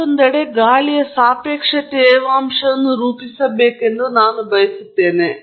ಮತ್ತೊಂದೆಡೆ ಗಾಳಿಯ ಸಾಪೇಕ್ಷ ತೇವಾಂಶವನ್ನು ರೂಪಿಸಬೇಕೆಂದು ನಾನು ಬಯಸುತ್ತೇನೆ